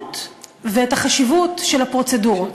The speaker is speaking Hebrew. המשמעות ואת החשיבות של הפרוצדורות.